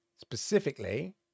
specifically